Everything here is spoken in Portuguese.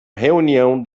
reunião